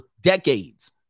decades